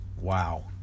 Wow